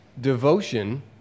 Devotion